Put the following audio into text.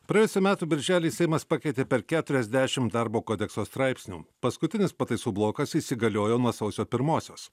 praėjusių metų birželį seimas pakeitė per keturiasdešimt darbo kodekso straipsnių paskutinis pataisų blokas įsigaliojo nuo sausio pirmosios